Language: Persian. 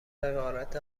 حقارت